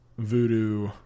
voodoo